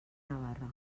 navarra